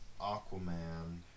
Aquaman